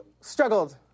struggled